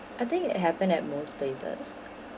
I think it happened at most places